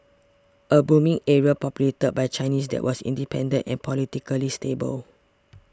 a booming area populated by Chinese that was independent and politically stable